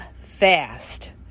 fast